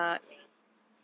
ya